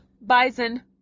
Bison